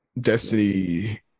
Destiny